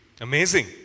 Amazing